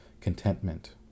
contentment